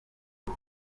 uwo